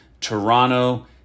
Toronto